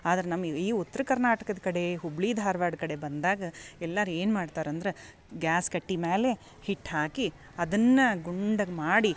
ಆದ್ರೆ ನಮ್ಮ ಈ ಉತ್ರ ಕರ್ನಾಟಕದ ಕಡೆ ಹುಬ್ಬಳ್ಳಿ ಧಾರ್ವಾಡ ಕಡೆ ಬಂದಾಗ ಎಲ್ಲರೂ ಏನ್ಮಾಡ್ತರಂದ್ರೆ ಗ್ಯಾಸ್ ಕಟ್ಟೆ ಮೇಲೆ ಹಿಟ್ಟು ಹಾಕಿ ಅದನ್ನು ಗುಂಡಗೆ ಮಾಡಿ